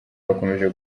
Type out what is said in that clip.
bakomeje